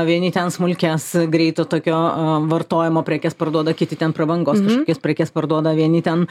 vieni ten smulkias greito tokio vartojimo prekes parduoda kiti ten prabangos kažkokias prekes parduoda vieni ten